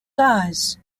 size